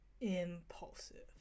impulsive